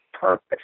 purpose